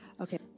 Okay